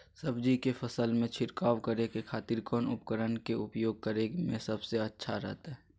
सब्जी के फसल में छिड़काव करे के खातिर कौन उपकरण के उपयोग करें में सबसे अच्छा रहतय?